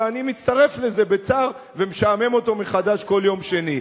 ואני מצטרף לזה בצער ומשעמם אותו מחדש כל יום שני.